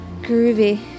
Groovy